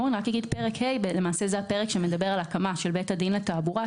פרק ה' למעשה מדבר על הקמה של בית דין לתעבורה,